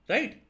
Right